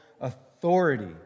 authority